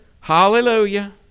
Hallelujah